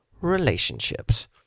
relationships